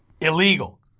Illegal